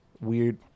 weird